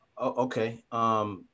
Okay